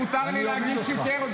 מותר לי להגיד "שיקר" -- אני אוריד אותך.